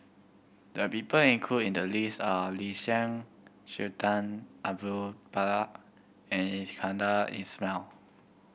the people included in the list are Lin Chen Sultan Abu Bakar and Iskandar Ismail